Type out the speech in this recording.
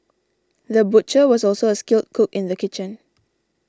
the butcher was also a skilled cook in the kitchen